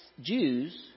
Jews